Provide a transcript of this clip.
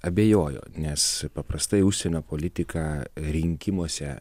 abejoju nes paprastai užsienio politika rinkimuose